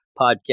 podcast